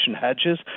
hedges